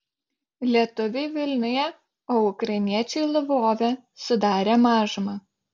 lietuviai vilniuje o ukrainiečiai lvove sudarė mažumą